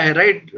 right